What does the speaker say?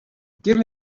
give